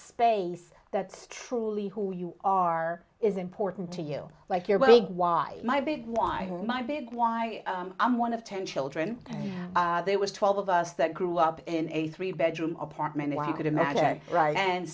space that's truly who you are is important to you like your big why my big why my big why i'm one of ten children there was twelve of us that grew up in a three bedroom apartment i could imagine right and